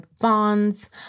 bonds